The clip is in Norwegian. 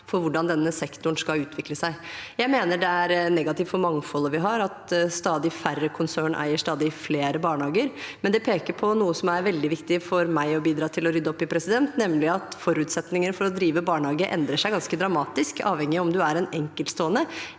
for hvordan denne sektoren skal utvikle seg. Jeg mener det er negativt for mangfoldet vi har, at stadig færre konsern eier stadig flere barnehager. Det peker på noe som er veldig viktig for meg å bidra til å rydde opp i, nemlig at forutsetningene for å drive barnehage endrer seg ganske dramatisk avhengig av om man er en enkeltstående